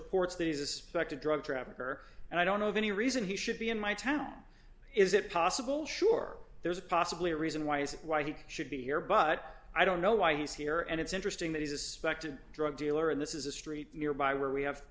reports that he's a suspect a drug trafficker and i don't know of any reason he should be in my town is it possible sure there's possibly a reason why is why he should be here but i don't know why he's here and it's interesting that he's a suspected drug dealer and this is a street nearby where we have